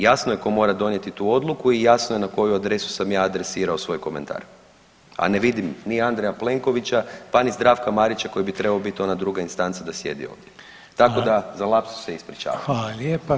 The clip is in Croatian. Jasno je tko mora donijeti tu odluku i jasno je na koju adresu sam ja adresirao svoj komentar, a ne vidim ni Andreja Plenkovića pa ni Zdravka Marića koji bi trebao biti onda druga instanca da sjedi ovdje, tako da za lapsus se ispričavam.